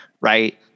Right